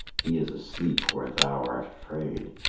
he is asleep where thou art afraid,